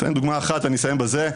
אני אתן דוגמה אחת ואני אסיים בזה.